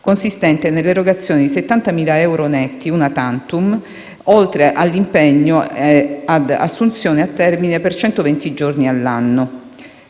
consistente nell'erogazione di 70.000 euro netti *una tantum* (...) oltre all'impegno ad assunzioni a termine per 120 giorni all'anno